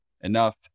enough